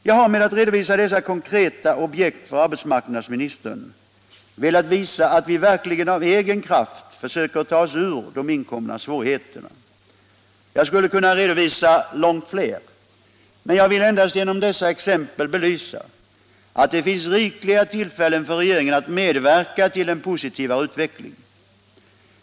Jag har med att redovisa dessa konkreta objekt för arbetsmarknadsministern velat visa att vi verkligen av egen kraft försöker att ta oss ur de uppkomna svårigheterna. Jag kunde ha redovisat långt fler, men jag vill endast genom dessa exempel belysa att det finns rikliga tillfällen för regeringen att medverka till en positivare utveckling.